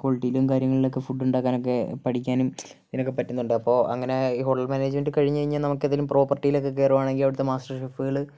ക്വാളിറ്റിയിലും കാര്യങ്ങളിലൊക്കെ ഫുഡുണ്ടാക്കാനൊക്കെ പഠിക്കാനും ഇതിനൊക്കെ പറ്റുന്നുണ്ട് അപ്പോൾ അങ്ങനെ ഈ ഹോട്ടൽ മാനേജ്മെൻറ് കഴിഞ്ഞു കഴിഞ്ഞാൽ നമുക്കേതേലും പ്രോപർട്ടിയിലൊക്കെ കയറുവാണെങ്കിൽ അവിടുത്തെ മാസ്റ്റർ ഷെഫുകൾ